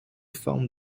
fund